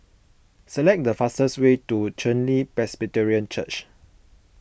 select the fastest way to Chen Li Presbyterian Church